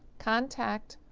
contact,